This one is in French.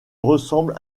ressemble